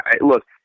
look